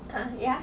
uh ya